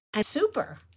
Super